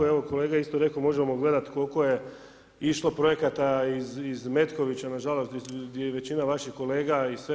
Evo i kolega je isto rekao možemo gledat koliko je išlo projekata iz Metkovića na žalost gdje je većina vaših kolega i sve.